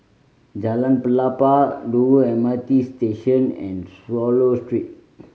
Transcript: Jalan Pelepah Dover M R T Station and Swallow Street